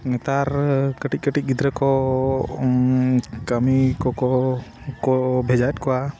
ᱱᱮᱛᱟᱨ ᱠᱟᱹᱴᱤᱡᱼᱠᱟᱹᱴᱤᱡ ᱜᱤᱫᱽᱨᱟᱹ ᱠᱚ ᱠᱟᱹᱢᱤ ᱠᱚᱠᱚ ᱠᱚ ᱵᱷᱮᱡᱟᱭᱮᱫ ᱠᱚᱣᱟ